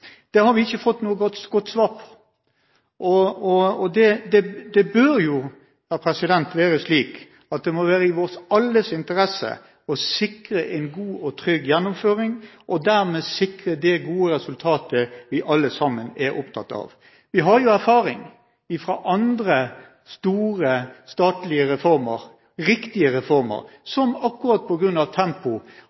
Det har vi ikke fått noe godt svar på. Det bør jo være slik at det må være i vår alles interesse å sikre en god og trygg gjennomføring, og dermed sikre det gode resultatet vi alle sammen er opptatt av. Vi har erfaring fra andre store statlige reformer, riktige reformer, som akkurat